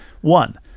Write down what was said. One